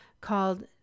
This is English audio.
called